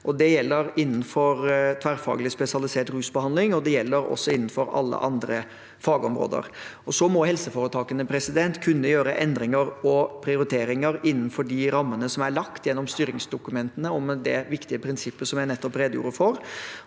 Det gjelder innenfor tverrfaglig spesialisert rusbehandling, og det gjelder også innenfor alle andre fagområder. Helseforetakene må kunne gjøre endringer og prioriteringer innenfor de rammene som er lagt gjennom styringsdokumentene om det viktige prinsippet jeg nettopp redegjorde for.